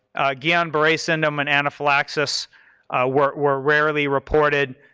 again, barre syndrome and anaphylaxis were were rarely reported,